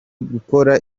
gukora